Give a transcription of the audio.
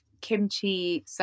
kimchi